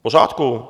V pořádku.